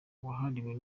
wahariwe